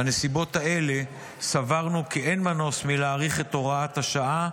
בנסיבות האלה סברנו כי אין מנוס מלהאריך את הוראת השעה,